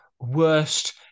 worst